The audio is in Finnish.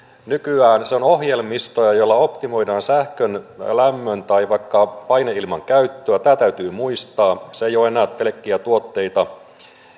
nykyään ohjelmistoja joilla optimoidaan sähkön lämmön tai vaikka paineilman käyttöä tämä täytyy muistaa se ei ole enää pelkkiä tuotteita